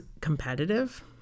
competitive